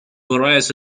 various